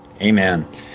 Amen